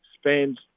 spends